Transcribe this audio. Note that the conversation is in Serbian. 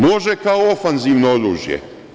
Može kao ofanzivno oružje.